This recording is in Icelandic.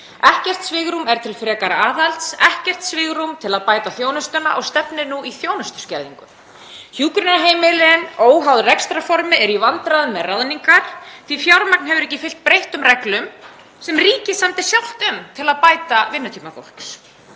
Ekkert svigrúm er til frekara aðhalds, ekkert svigrúm til að bæta þjónustuna og stefnir nú í þjónustuskerðingu. Hjúkrunarheimili óháð rekstrarformi eru í vandræðum með ráðningar því að fjármagn hefur ekki fylgt breyttum reglum sem ríkið samdi sjálft um til að bæta vinnutíma fólks.